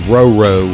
Roro